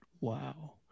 Wow